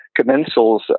commensals